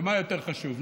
ומה יותר חשוב,